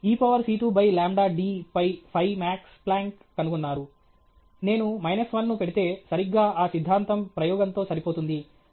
e power c 2 by lambda d phi Max Planck కనుగొన్నారు నేను minus 1 ను పెడితే సరిగ్గా ఆ సిద్ధాంతం ప్రయోగంతో సరిపోతుంది